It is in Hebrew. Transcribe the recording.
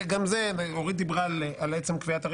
91 והוראת שעה) (בתי משפט קהילתיים),